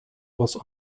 was